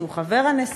שהוא חבר הנשיאות,